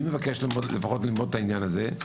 אני מבקש לפחות ללמוד את הענין הזה,